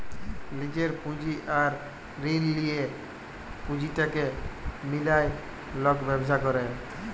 লিজের পুঁজি আর ঋল লিঁয়ে পুঁজিটাকে মিলায় লক ব্যবছা ক্যরে